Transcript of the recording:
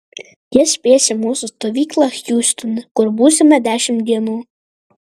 jie spės į mūsų stovyklą hjustone kur būsime dešimt dienų